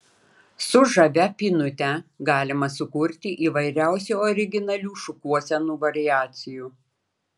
su žavia pynute galima sukurti įvairiausių originalių šukuosenų variacijų